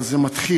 אבל זה מתחיל.